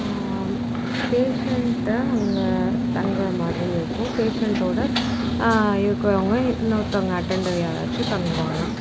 பேஷண்ட்டை அங்கே தங்குற மாதிரி இருக்கும் பேஷண்ட்டோடு இருக்கிறவங்க இன்னொருத்தவங்கள் அட்டெண்ட்டர் யாராச்சும் தங்குவாங்க